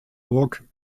burg